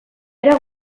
era